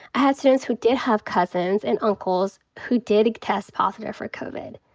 i had students who did have cousins and uncles who did test positive for covid.